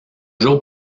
jours